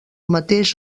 mateix